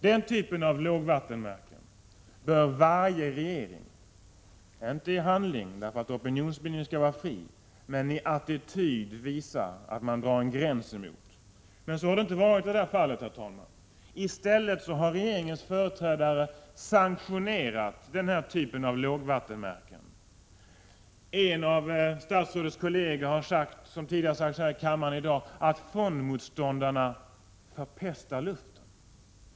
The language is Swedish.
Den typen av lågvattenmärken bör varje regering, inte i handling, därför att opinionsbildningen skall vara fri, men i — Prot. 1986/87:86 attityder visa att den drar en gräns mot. Så har det emellertid inte varit i detta — 13 mars 1987 fall, herr talman. I stället har regeringens företrädare sanktionerat denna typ Om öpimonskildking av lågvattenmärken. En av statsrådets kolleger har sagt, som tidigare nämnts SR ä ä enm.m. beträffande här i kammaren i dag, att fondmotståndarna förpestar luften.